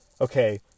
okay